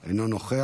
טאהא אינו נוכח,